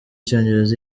icyongereza